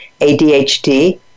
ADHD